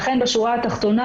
לכן בשורה התחתונה,